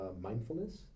mindfulness